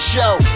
Show